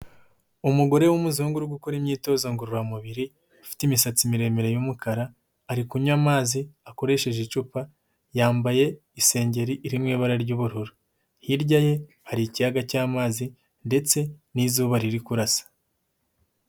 Umugore w'umuzungu, uri gukora imyitozo ngororamubiri, ufite imisatsi miremire y'umukara, ari kunywa amazi akoresheje icupa, yambaye isengeri iri mu ibara ry'ubururu, hirya ye hari ikiyaga cy'amazi ndetse n'izuba riri kurasa.